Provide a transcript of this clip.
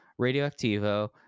Radioactivo